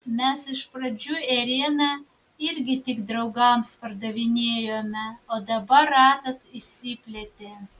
mes iš pradžių ėrieną irgi tik draugams pardavinėjome o dabar ratas išsiplėtė